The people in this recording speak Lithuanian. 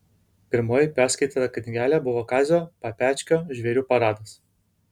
pirmoji perskaityta knygelė buvo kazio papečkio žvėrių paradas